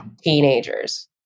teenagers